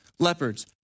leopards